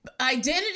identity